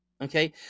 Okay